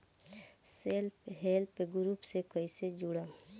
Self help group से कइसे जुड़म?